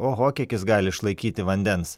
oho kiek jis gali išlaikyti vandens